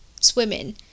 swimming